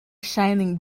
shining